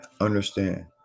Understand